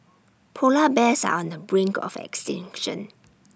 Polar Bears are on the brink of extinction